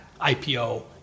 IPO